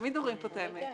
תמיד אומרים כאן את האמת.